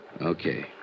Okay